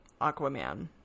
Aquaman